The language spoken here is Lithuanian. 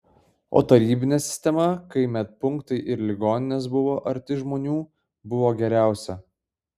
o tarybinė sistema kai medpunktai ir ligoninės buvo arti žmonių buvo geriausia